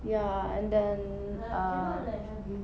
ya and then err